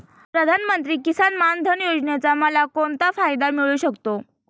प्रधानमंत्री किसान मान धन योजनेचा मला कोणता फायदा मिळू शकतो?